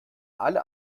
alle